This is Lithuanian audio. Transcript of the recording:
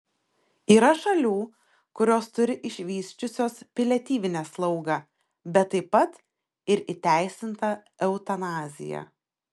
yra šalių kurios turi išvysčiusios paliatyvinę slaugą bet taip pat ir įteisintą eutanaziją